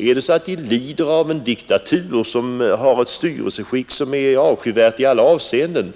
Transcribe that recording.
Om folket lever under en diktatur som är avskyvärd i alla avseenden,